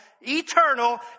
eternal